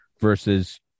versus